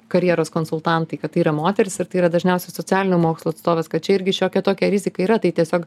karjeros konsultantai kad tai yra moterys ir tai yra dažniausia socialinių mokslų atstovės kad čia irgi šiokia tokia rizika yra tai tiesiog